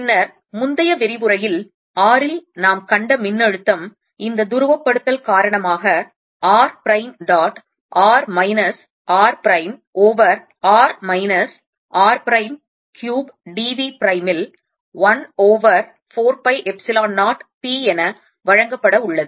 பின்னர் முந்தைய விரிவுரையில் r இல் நாம் கண்ட மின்னழுத்தம் இந்த துருவப்படுத்தல் காரணமாக r prime dot r minus r prime over r minus r prime cube d v prime இல் 1 ஓவர் 4 பை எப்சிலான் 0 p என வழங்கப்படஉள்ளது